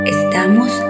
Estamos